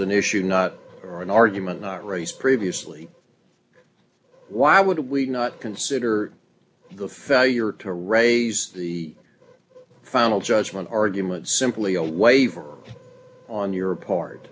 an issue not an argument not raise previously why would we not consider the failure to raise the final judgment argument simply a waiver on your part